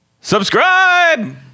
subscribe